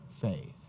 faith